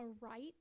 right